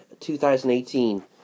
2018